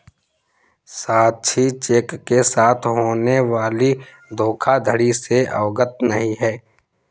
साक्षी cheque के साथ होने वाली धोखाधड़ी से अवगत नहीं है